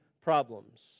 problems